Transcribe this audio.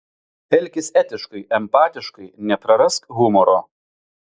elkis etiškai empatiškai neprarask humoro